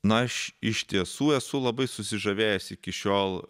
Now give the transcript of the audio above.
na aš iš tiesų esu labai susižavėjęs iki šiol